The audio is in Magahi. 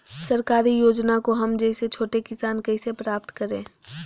सरकारी योजना को हम जैसे छोटे किसान कैसे प्राप्त करें?